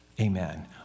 Amen